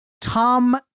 Tom